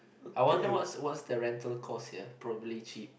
I wonder what's what's the rental cost sia probably cheap